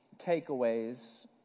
takeaways